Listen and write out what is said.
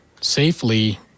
safely